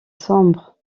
sombre